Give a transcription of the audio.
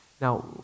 Now